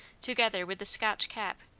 together with the scotch cap,